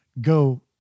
go